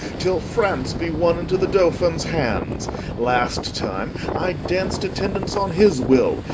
till france be wonne into the dolphins hands last time i danc't attendance on his will,